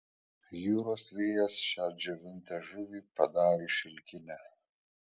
jūros vėjas šią džiovintą žuvį padarė šilkinę